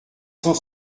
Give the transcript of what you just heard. cent